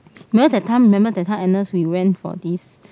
because that time remember that time Agnes we went for this